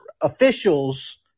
officials –